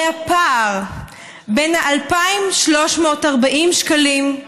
הרי הפער בין 2,340 השקלים,